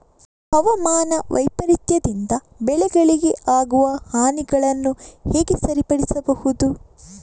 ಹವಾಮಾನ ವೈಪರೀತ್ಯದಿಂದ ಬೆಳೆಗಳಿಗೆ ಆಗುವ ಹಾನಿಗಳನ್ನು ಹೇಗೆ ಸರಿಪಡಿಸಬಹುದು?